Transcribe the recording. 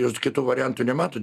jūs kitų variantų nematot